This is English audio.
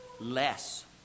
less